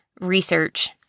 research